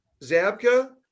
zabka